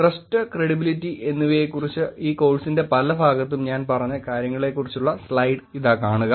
trust credibility എന്നിവയെക്കുറിച്ച് ഈ കോഴ്സിന്റെ പലഭാഗത്തും ഞാൻ പറഞ്ഞ കാര്യങ്ങളെക്കുറിച്ചുള്ള സ്ലൈഡ് ഇതാ കാണുക